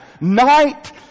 Night